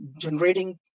generating